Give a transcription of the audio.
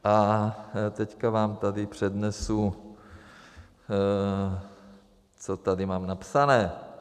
A teď vám tady přednesu, co tady mám napsané.